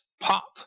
pop